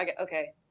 okay